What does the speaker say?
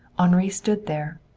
henri stood there,